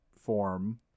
form